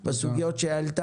ההמשך.